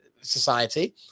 society